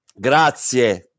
Grazie